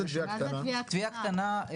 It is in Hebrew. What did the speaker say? מה זה תביעה קטנה?